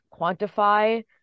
quantify